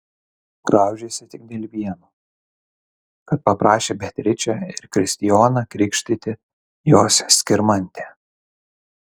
graužėsi tik dėl vieno kad paprašė beatričę ir kristijoną krikštyti jos skirmantę